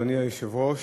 אדוני היושב-ראש,